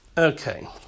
Okay